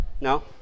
No